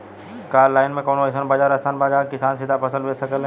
का आनलाइन मे कौनो अइसन बाजार स्थान बा जहाँ किसान सीधा फसल बेच सकेलन?